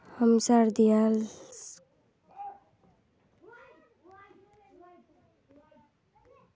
हमसार दियाल कर स ही गरीब बुजुर्गक रोटी मिल छेक